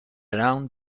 around